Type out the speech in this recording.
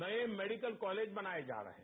नए medical college बनाए जा रहे हैं